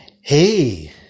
hey